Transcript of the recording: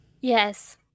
Yes